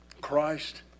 Christ